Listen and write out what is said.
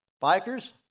Bikers